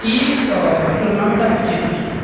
ती टूर्नामेंट आम्ही जीतली